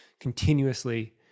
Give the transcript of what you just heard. continuously